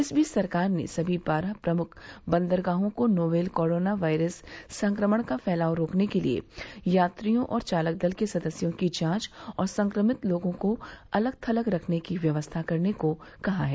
इस बीच सरकार ने सभी बारह प्रमुख बंदरगाहों को नोवेल कोरोना वायरस संक्रमण का फैलाव रोकने के लिए यात्रियों और चालक दल के सदस्यों की जांच और संक्रभित लोगों को अलग थलग रखने की व्यवस्था करने को कहा है